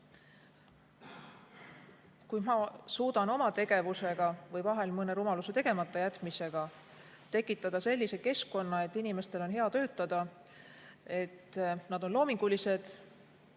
Kui ma suudan oma tegevusega või vahel mõne rumaluse tegematajätmisega tekitada sellise keskkonna, et inimestel on hea töötada – nad on loomingulised